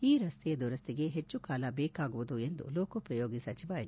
ಈ ರಸ್ತೆಯ ದುರಸ್ತಿಗೆ ಹೆಚ್ಚುಕಾಲ ಬೇಕಾಗುವುದು ಎಂದು ಲೋಕೋಪಯೋಗಿ ಸಚಿವ ಎಚ್